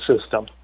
system